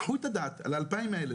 קחו את הדעת על ה-2,000 האלה.